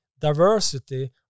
diversity